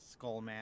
Skullman